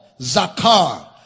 Zakar